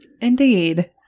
Indeed